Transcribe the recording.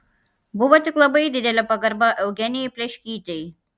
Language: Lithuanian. buvo tik labai didelė pagarba eugenijai pleškytei